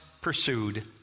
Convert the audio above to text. pursued